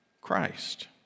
Christ